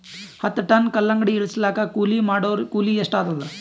ಹತ್ತ ಟನ್ ಕಲ್ಲಂಗಡಿ ಇಳಿಸಲಾಕ ಕೂಲಿ ಮಾಡೊರ ಕೂಲಿ ಎಷ್ಟಾತಾದ?